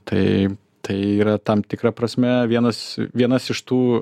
tai tai yra tam tikra prasme vienas vienas iš tų